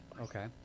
Okay